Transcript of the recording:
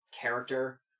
character